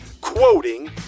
quoting